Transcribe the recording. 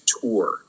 tour